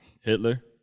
Hitler